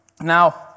Now